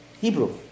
Hebrew